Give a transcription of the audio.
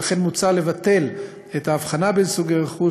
ולכן מוצע לבטל את האבחנה בין סוגי רכוש